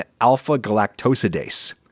alpha-galactosidase